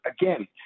Again